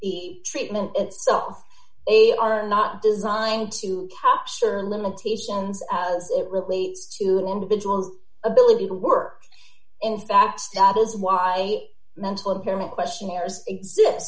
the treatment itself they are not designed to capture limitations as it relates to an individual ability to work in fact that is why mental impairment questionnaires exist